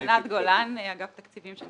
אני ענת גולן, אגף התקציבים במשרד הביטחון.